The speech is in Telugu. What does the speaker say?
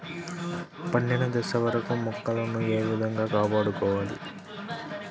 పండిన దశ వరకు మొక్కలను ఏ విధంగా కాపాడుకోవాలి?